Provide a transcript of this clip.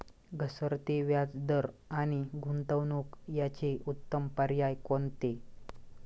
घसरते व्याजदर आणि गुंतवणूक याचे उत्तम पर्याय कोणते?